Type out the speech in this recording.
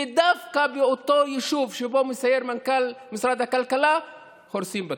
ודווקא באותו יישוב שבו מסייר מנכ"ל משרד הכלכלה הורסים בתים,